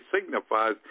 signifies